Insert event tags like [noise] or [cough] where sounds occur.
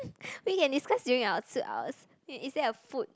[breath] we can discuss during our hours is is that a food